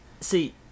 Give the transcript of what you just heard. See